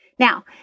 Now